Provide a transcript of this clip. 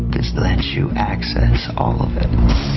is that you access all of it.